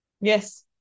Yes